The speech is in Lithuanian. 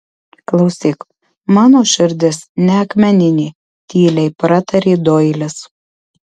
klausyk mano širdis ne akmeninė tyliai pratarė doilis